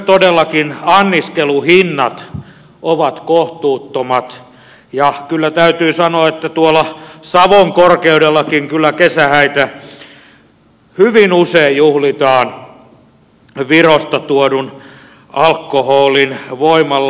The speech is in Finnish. todellakin myös anniskeluhinnat ovat kohtuuttomat ja kyllä täytyy sanoa että tuolla savon korkeudellakin kesähäitä hyvin usein juhlitaan virosta tuodun alkoholin voimalla